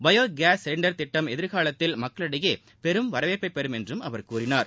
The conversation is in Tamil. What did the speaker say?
பயோ கேஸ் சிலிண்டர் திட்டம் எதிர்காலத்தில் மக்களிடையே பெரும் வரவேற்பை பெரும் என்றும் அவர் கூறினார்